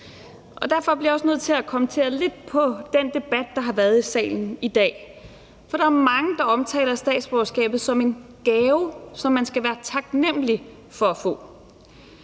derfor bliver jeg også nødt til at kommentere lidt på den debat, der har været her i salen i dag. For der er mange, der omtaler statsborgerskabet som en gave, som man skal være taknemlig for at få,